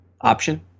option